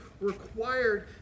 required